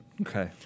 Okay